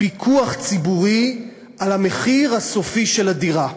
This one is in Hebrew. פיקוח ציבורי על המחיר הסופי של הדירה,